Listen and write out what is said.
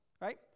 Right